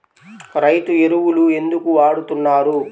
రైతు ఎరువులు ఎందుకు వాడుతున్నారు?